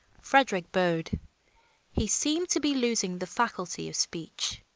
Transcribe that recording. frederick bowed he seemed to be losing the faculty of speech.